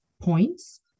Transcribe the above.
points